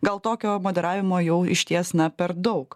gal tokio moderavimo jau išties na per daug